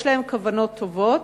יש להם כוונות טובות,